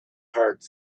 heart